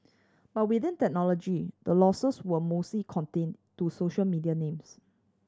but within technology the losses were mostly contained to social media names